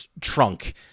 trunk